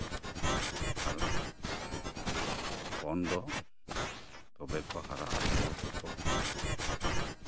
ᱟᱨ ᱦᱚᱯᱚᱱ ᱫᱚ ᱛᱚᱵᱮ ᱠᱚ ᱦᱟᱨᱟᱜᱼᱟ ᱛᱚᱵᱮ ᱛᱚᱠᱚ